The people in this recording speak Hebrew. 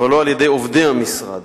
ולא על-ידי עובדי המשרד,